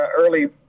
early